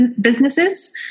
businesses